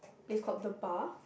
this called the Bar